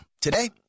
Today